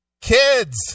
Kids